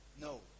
no